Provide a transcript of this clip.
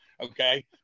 okay